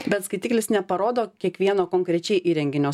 bet skaitiklis neparodo kiekvieno konkrečiai įrenginio